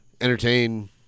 entertain